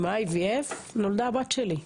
עם IVF נולדה הבת שלי,